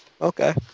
Okay